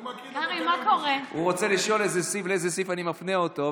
הוא רוצה לשאול לאיזה סעיף אני מפנה אותו,